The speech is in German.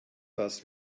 das